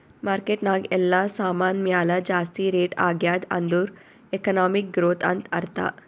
market ನಾಗ್ ಎಲ್ಲಾ ಸಾಮಾನ್ ಮ್ಯಾಲ ಜಾಸ್ತಿ ರೇಟ್ ಆಗ್ಯಾದ್ ಅಂದುರ್ ಎಕನಾಮಿಕ್ ಗ್ರೋಥ್ ಅಂತ್ ಅರ್ಥಾ